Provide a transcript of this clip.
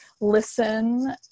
listen